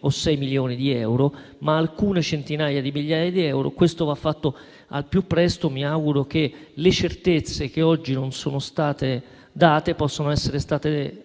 o 6 milioni di euro, ma alcune centinaia di migliaia di euro e questo va fatto al più presto. Mi auguro che le certezze che oggi non sono state date possano essere date velocemente